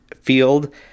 field